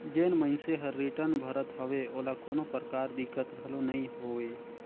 जेन मइनसे हर रिटर्न भरत हवे ओला कोनो परकार दिक्कत घलो नइ होवे